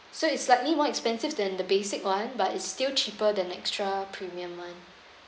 so it's slightly more expensive than the basic one but it's still cheaper than extra premium [one]